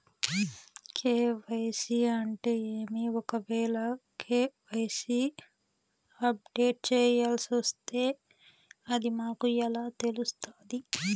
KYC అంటే ఏమి? ఒకవేల కె.వై.సి అప్డేట్ చేయాల్సొస్తే అది మాకు ఎలా తెలుస్తాది?